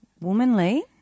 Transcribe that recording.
womanly